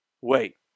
wait